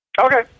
Okay